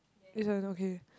okay